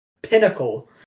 pinnacle